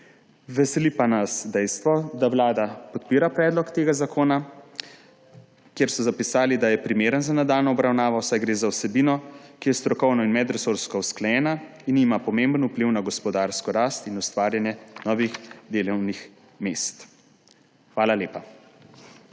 Veseli pa nas dejstvo, da Vlada podpira predlog tega zakona. Zapisali so, da je primeren za nadaljnjo obravnavo, saj gre za vsebino, ki je strokovna in medresorsko usklajena in ima pomemben vpliv na gospodarsko rast in ustvarjanje novih delovnih mest. Hvala lepa.